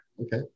okay